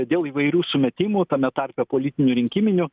dėl įvairių sumetimų tame tarpe politinių rinkiminių